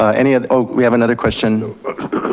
and yeah oh, we have another question.